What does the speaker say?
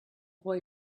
boy